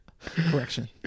Correction